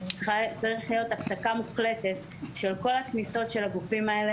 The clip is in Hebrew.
צריך להיות הפסקה מוחלטת של כל הכניסות של הגופים האלה